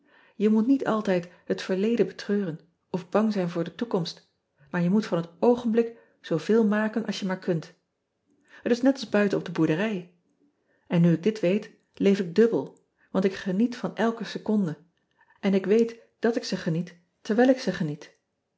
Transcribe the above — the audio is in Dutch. e moet niet altijd het erleden betreuren of bang zijn voor de oekomst maar je moet van het oogenblik zooveel maken als je maar kunt et is niet als buiten op de boerderij n nu ik dit weet leef ik dubbel want ik geniet van elke seconde en ik weet dat ze ik geniet terwijl ik ze geniet